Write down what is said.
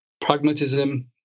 pragmatism